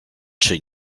czy